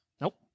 Nope